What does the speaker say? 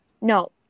No